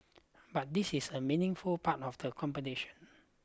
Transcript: but this is a meaningful part of the competition